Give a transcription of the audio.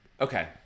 Okay